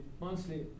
monthly